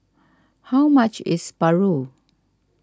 how much is Paru